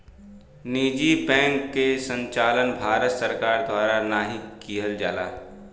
निजी बैंक क संचालन भारत सरकार द्वारा नाहीं किहल जाला